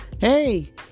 Hey